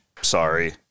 Sorry